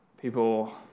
people